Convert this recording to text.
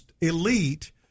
elite